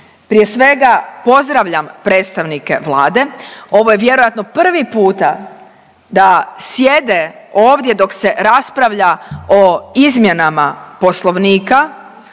Prije svega pozdravljam predstavnike Vlade, ovo je vjerojatno prvi puta da sjede ovdje dok se raspravlja o izmjenama poslovnika,